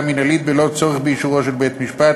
מינהלית בלא צורך באישורו של בית-המשפט,